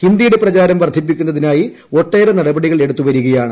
ഹിന്ദിയുടെ പ്രചാരം വർദ്ധിപ്പിക്കുന്നതിനായി ഒട്ടേറെ നടപടികൾ എടുത്തുവരിയാണ്